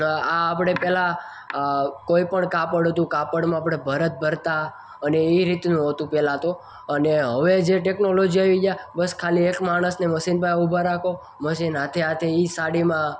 આપણે પહેલાં કોઈપણ કાપડ હતું કાપડમાં આપણે ભરત ભરતા અને એ રીતનું હતું પહેલાં તો અને હવે જે ટેકનોલોજી આવી છે બસ ખાલી એક માણસને મશીન પાસે ઊભા રાખો મશીન હાથે હાથે એ સાડીમાં